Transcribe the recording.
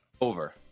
Over